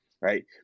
right